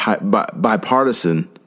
bipartisan